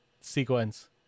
sequence